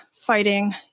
fighting